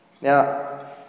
Now